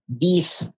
beef